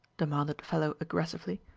demanded the fellow aggressively.